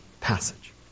passage